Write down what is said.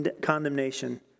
condemnation